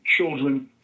children